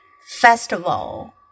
Festival